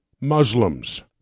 Muslims